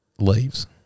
leaves